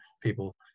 people